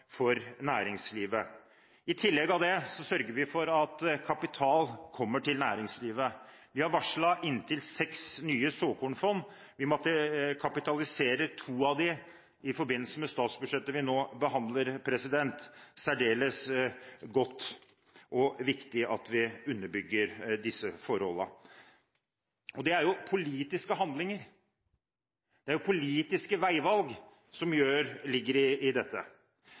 for næringslivet. I tillegg til det sørger vi for at kapital kommer til næringslivet. Vi har varslet inntil seks nye såkornfond. Vi måtte kapitalisere to av dem i forbindelse med det statsbudsjettet vi nå behandler. Det er særdeles godt og viktig at vi underbygger disse forholdene. Dette er politiske handlinger. Det er politiske veivalg som ligger i dette. Siden 2005 har Norge utviklet seg i